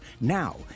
Now